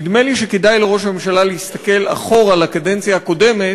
נדמה לי שכדאי לראש הממשלה להסתכל אחורה לקדנציה הקודמת